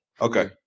Okay